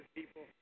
people